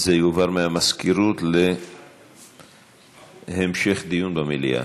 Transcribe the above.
הנושא יועבר מהמזכירות להמשך דיון במליאה.